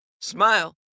Smile